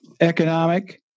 economic